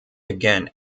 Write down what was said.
again